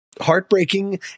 heartbreaking